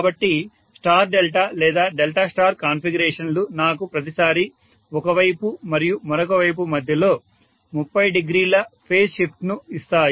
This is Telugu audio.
కాబట్టి స్టార్ డెల్టా లేదా డెల్టా స్టార్ కాన్ఫిగరేషన్లు నాకు ప్రతిసారీ ఒక వైపు మరియు మరొక వైపు మధ్యలో 30 డిగ్రీల ఫేజ్ షిఫ్ట్ ను ఇస్తాయి